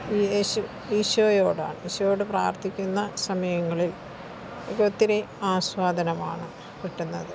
യേശു ഈശോയോടാണ് ഈശോയോട് പ്രാർത്ഥിക്കുന്ന സമയങ്ങളിൽ ഒത്തിരി ആസ്വാദനമാണ് കിട്ടുന്നത്